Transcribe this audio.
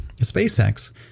SpaceX